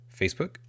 Facebook